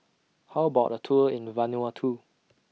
How about A Tour in Vanuatu